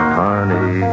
honey